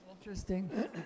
Interesting